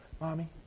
mommy